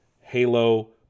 Halo